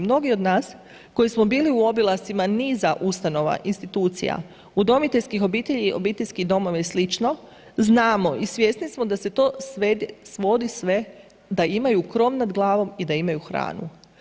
Mnogi od nas koji smo bili u obilascima niza ustanova, institucija, udomiteljskih obitelji, obiteljskih domova i slično, znamo i svjesni smo da se to svodi sve da imaju krov nad glavom i da imaju hranu.